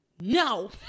no